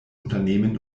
unternehmen